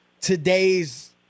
today's